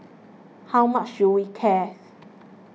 how much should we care